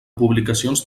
publicacions